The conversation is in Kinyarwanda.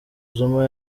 zuma